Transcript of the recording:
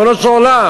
ריבונו של עולם?